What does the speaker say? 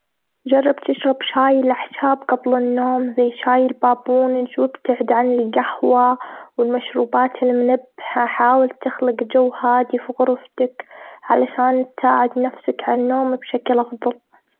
جرب تشرب شاي الأعشاب قبل النوم زي شاي البابونج، وابتعد عن القهوة والمشروبات المنبهه. حاول تخلق جو هادي في غرفتك، علشان تساعد نفسك على النوم بشكل أفضل.